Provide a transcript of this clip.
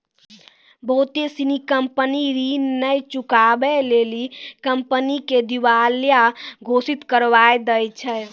बहुते सिनी कंपनी ऋण नै चुकाबै लेली कंपनी के दिबालिया घोषित करबाय दै छै